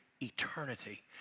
eternity